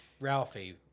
Ralphie